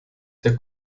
der